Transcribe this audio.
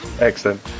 Excellent